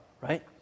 right